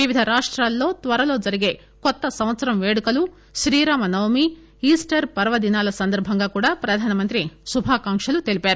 వివిధ రాష్టాలో త్వరలో జరిగే కొత్త సంవత్పరం వేడుకలు శ్రీరామ నవమి ఈస్టర్ పర్వదినాల సందర్బంగా కూడా ప్రధానమంత్రి శుభాకాంక్షలు తెలిపారు